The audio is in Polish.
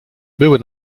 były